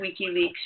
WikiLeaks